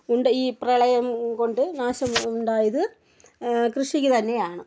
ഉണ്ട് ഈ പ്രളയം കൊണ്ട് നാശം ഉണ്ടായത് കൃഷിക്ക് തന്നെയാണ്